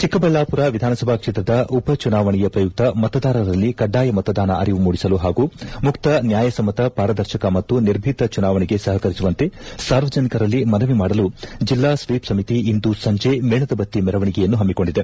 ಚಿಕ್ಕಬಳ್ಳಾಪುರ ವಿಧಾನಸಭಾ ಕ್ಷೇತ್ರದ ಉಪ ಚುನಾವಣೆಯ ಪ್ರಯುಕ್ತ ಮತದಾರರದಲ್ಲಿ ಕಡ್ಡಾಯ ಮತದಾನ ಅರಿವು ಮೂಡಿಸಲು ಹಾಗೂ ಮುಕ್ತ ನ್ಯಾಯಸಮ್ಮತ ಪಾರದರ್ಶಕ ಮತ್ತು ನಿರ್ಭೀತ ಚುನಾವಣೆಗೆ ಸಹಕರಿಸುವಂತೆ ಸಾರ್ವಜನಿಕರಲ್ಲಿ ಮನವಿ ಮಾಡಲು ಜಿಲ್ಲಾ ಸ್ವೀಷ್ ಸಮಿತಿ ಇಂದು ಸಂಜೆ ಮೇಣದ ಬತ್ತಿ ಮೆರವಣಿಗೆಯನ್ನು ಹಮ್ಮಿಕೊಂಡಿದೆ